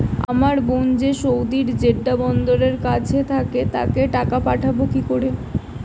আমার বোন যে সৌদির জেড্ডা বন্দরের কাছে থাকে তাকে টাকা পাঠাবো কি করে?